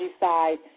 side